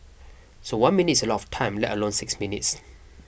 so one minute is a lot of time let alone six minutes